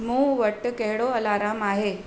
मूं वटि कहिड़ो अलाराम आहे